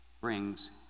brings